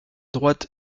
droite